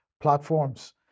platforms